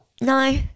No